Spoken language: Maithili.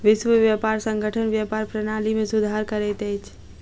विश्व व्यापार संगठन व्यापार प्रणाली में सुधार करैत अछि